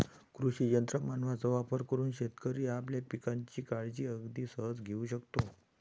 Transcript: कृषी यंत्र मानवांचा वापर करून शेतकरी आपल्या पिकांची काळजी अगदी सहज घेऊ शकतो